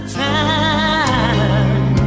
time